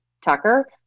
Tucker